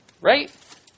Right